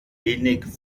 wenig